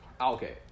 Okay